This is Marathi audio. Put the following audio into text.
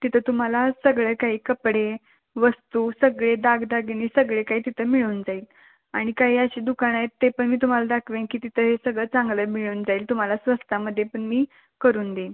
तिथं तुम्हाला सगळं काही कपडे वस्तू सगळे दागदागिने सगळे काही तिथं मिळून जाईल आणि काही अशी दुकानं आहेत ते पण मी तुम्हाला दाखवेन की तिथे सगळं चांगलं मिळून जाईल तुम्हाला स्वस्तामध्ये पण मी करून देईन